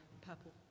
purple